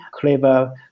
clever